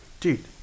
Dude